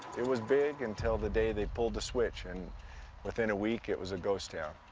it was big until the day they pulled the switch and within a week it was a ghost town.